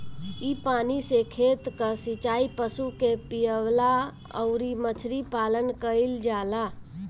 इ पानी से खेत कअ सिचाई, पशु के पियवला अउरी मछरी पालन कईल जाला